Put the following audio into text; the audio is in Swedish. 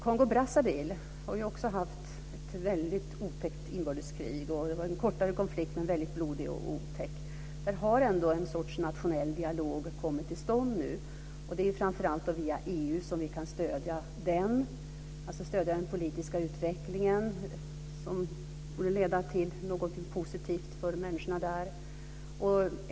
Kongo-Brazzaville har också haft ett väldigt otäckt inbördeskrig. Det var en kortare konflikt, men väldigt blodig och otäck. Där har nu ändå en sorts nationell dialog kommit till stånd. Det är framför allt via EU som vi kan stödja den politiska utvecklingen så att den leder till något positivt för människorna där.